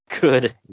Good